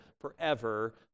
forever